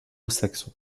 saxons